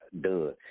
Done